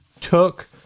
took